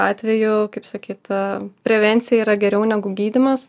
atveju kaip sakyta prevencija yra geriau negu gydymas